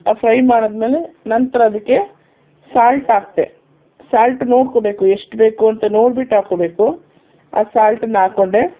ಆ ಫ್ರೈ ಮಾಡಿ ಆದ್ಮೇಲೆ ನಂತರ ಅದಕ್ಕೆ ಸಾಲ್ಟ್ ಹಾಕಿದೆ ಸಾಲ್ಟ್ ನೋಡ್ಕೊಳ್ಬೇಕು ಎಷ್ಟು ಬೇಕು ಅಂತ ನೋಡ್ಬಿಟ್ಟು ಹಾಕ್ಕೊಳ್ಬೇಕು ಆ ಸಾಲ್ಟ್ನ ಹಾಕ್ಕೊಂಡೆ